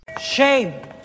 Shame